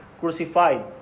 crucified